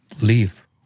leave